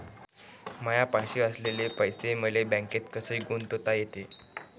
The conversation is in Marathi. मायापाशी असलेले पैसे मले बँकेत कसे गुंतोता येते?